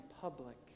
public